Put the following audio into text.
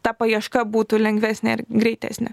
ta paieška būtų lengvesnė ir greitesnė